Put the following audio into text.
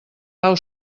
pau